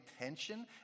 attention